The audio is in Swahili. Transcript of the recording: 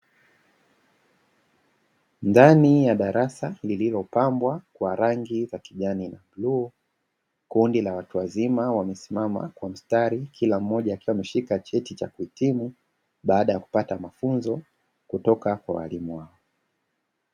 Ndani ya darasa lililopambwa kwa rangi za kijani na bluu kundi la watu wazima wamesimama kwa mstari, kila mmoja akiwa ameshika cheti cha kuhitimu baada ya kupata mafunzo kutoka kwa walimu wao.